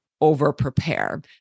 over-prepare